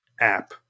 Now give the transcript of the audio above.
app